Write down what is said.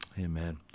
Amen